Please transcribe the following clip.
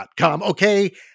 Okay